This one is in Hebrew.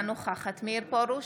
אינה נוכחת מאיר פרוש,